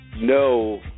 No